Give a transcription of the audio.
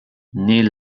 naît